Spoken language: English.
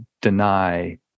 deny